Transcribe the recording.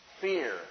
fear